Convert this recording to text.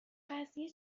قضیه